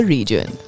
Region।